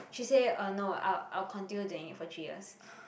she say uh no I'll I'll continue doing it for three years